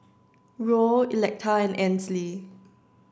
Ruel Electa and Ansley